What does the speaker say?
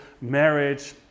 marriage